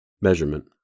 Measurement